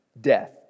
death